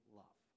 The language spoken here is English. love